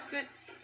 Good